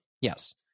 yes